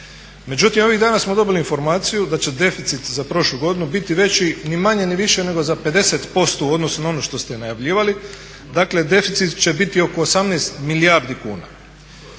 međutim ovih dana smo dobili informaciju da će deficit za prošlu godinu biti veći ni manje ni više nego za 50% u odnosu na ono što ste najavljivali. Dakle, deficit će biti oko 18 milijardi kuna.